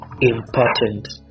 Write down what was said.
important